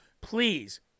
please